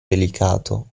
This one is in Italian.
delicato